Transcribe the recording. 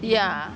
ya